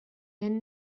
then